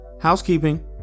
Housekeeping